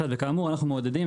כאמור אנחנו מעודדים.